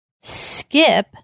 skip